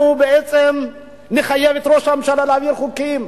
אנחנו בעצם נחייב את ראש הממשלה להעביר חוקים.